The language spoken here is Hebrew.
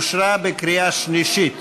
אושרה בקריאה שלישית.